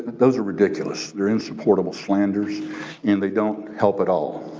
those are ridiculous. they're insupportable slanders and they don't help at all.